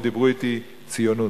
ודיברו אתי ציונות.